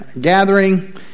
gathering